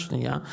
שנייה,